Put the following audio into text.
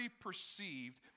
perceived